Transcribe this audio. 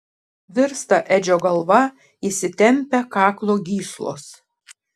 virsta edžio galva įsitempia kaklo gyslos